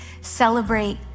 celebrate